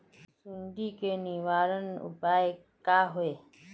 सुंडी के निवारक उपाय का होए?